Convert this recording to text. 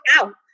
out